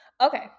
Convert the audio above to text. Okay